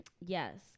Yes